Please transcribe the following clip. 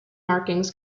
markings